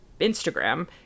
Instagram